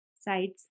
sides